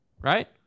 right